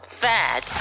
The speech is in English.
fat